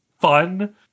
fun